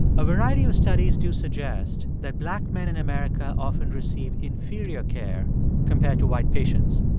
a variety of studies do suggest that black men in america often receive inferior care compared to white patients.